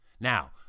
Now